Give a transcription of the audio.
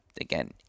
Again